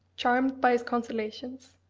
charmed by his consolations.